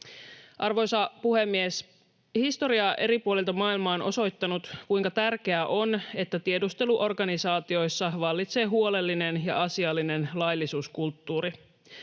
Arvoisa puhemies! Historia eri puolilta maailmaa on osoittanut, kuinka tärkeää on, että tiedusteluorganisaatioissa vallitsee huolellinen ja asiallinen laillisuuskulttuuri.